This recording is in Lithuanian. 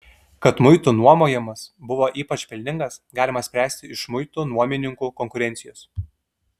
kad muitų nuomojimas buvo ypač pelningas galima spręsti iš muitų nuomininkų konkurencijos